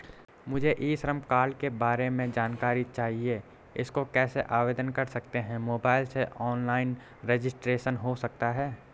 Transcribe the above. मुझे e Shram card के बारे में जानकारी चाहिए इसको कैसे आवेदन कर सकते हैं मोबाइल से ऑनलाइन रजिस्ट्रेशन हो सकता है?